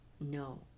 no